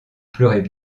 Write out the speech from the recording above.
pleurez